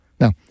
Now